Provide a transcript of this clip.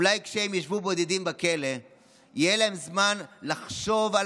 אולי כשהם ישבו בודדים בכלא יהיה להם זמן לחשוב על